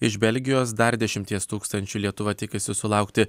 iš belgijos dar dešimties tūkstančių lietuva tikisi sulaukti